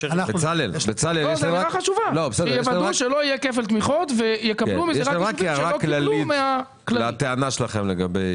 לי רק הערה כללית לטענה שלכם לגבי